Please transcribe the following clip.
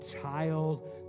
child